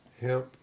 Hemp